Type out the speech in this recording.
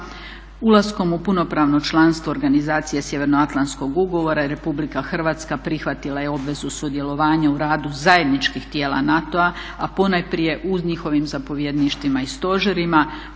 Ulaskom u punopravno članstvo organizacija Sjevernoatlantskog ugovora Republika Hrvatska prihvatila je obvezu sudjelovanja u radu zajedničkih tijela NATO-a, a ponajprije u njihovim zapovjedništvima i stožerima.